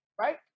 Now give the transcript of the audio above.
Right